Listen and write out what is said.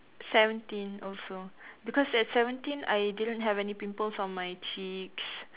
seventeen also because at seventeen I didn't have any pimples on my cheeks